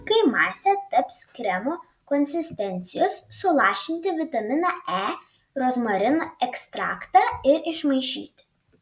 kai masė taps kremo konsistencijos sulašinti vitaminą e rozmarinų ekstraktą ir išmaišyti